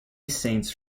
saints